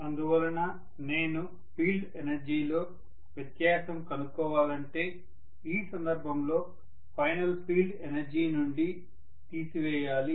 అందువలన నేను field energy లో వ్యత్యాసం కనుక్కోవాలంటే ఈ సందర్భంలో ఫైనల్ ఫీల్డ్ ఎనర్జీ నుండి తీసివేయాలి